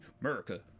america